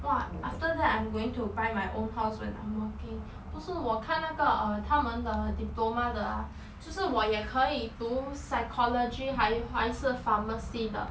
!wah! after that I'm going to buy my own house when I'm working 不是我看那个 uh 他们的 diploma 的啊就是我也可以读 psychology 还还是 pharmacy 的